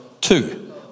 two